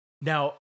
Now